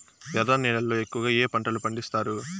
ఎర్ర నేలల్లో ఎక్కువగా ఏ పంటలు పండిస్తారు